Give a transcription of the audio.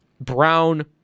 Brown